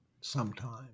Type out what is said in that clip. sometime